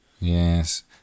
Yes